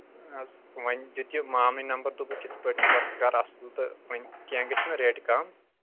نہ حظ وۄنۍ دیُٚت یہِ مامنٕے نمبر دوٚپُکھ یِتھ پٲٹھۍ چھُ وۄستہٕ کَران اَصٕل تہٕ وۄنۍ کینٛہہ گژھِ نہ ریٹہِ کَم